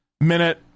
minute